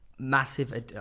Massive